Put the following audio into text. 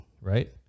Right